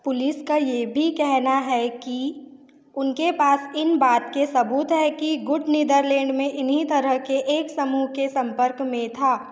police का ये भी कहना है कि उनके पास इन बात के सबूत हैं कि गुट नीदरलैंड में इन्हीं तरह के एक समूह के संपर्क में था